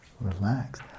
relax